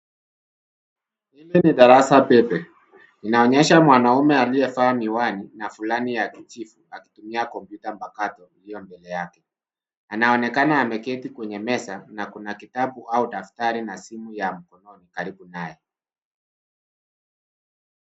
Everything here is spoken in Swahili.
Hili ni darasa pepe. Linaonyesha mwanaume aliyevaa miwani na fulana ya kijivu, akitumia kompyuta mpakato ikiwa mbele yake. Anaonekana ameketi kwenye meza na kuna kitabu au daftari na simu ya mkononi karibu naye.